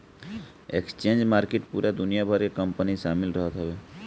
exchange market पूरा दुनिया भर के कंपनी शामिल रहत हवे